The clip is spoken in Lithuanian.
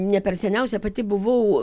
ne per seniausia pati buvau